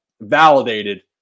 validated